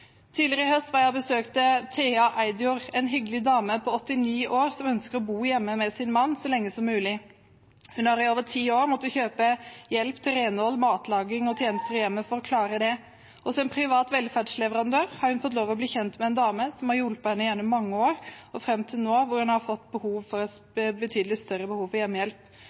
Tidligere i høst var jeg og besøkte Thea Eidjord, en hyggelig dame på 89 år som ønsker å bo hjemme med sin mann så lenge som mulig. Hun har i over ti år måttet kjøpe hjelp til renhold, matlaging og andre tjenester i hjemmet for å klare det. Som bruker av privat velferdsleverandør har hun fått lov til å bli kjent med en dame som har hjulpet henne gjennom mange år og fram til nå, når hun har fått betydelig større behov for hjemmehjelp.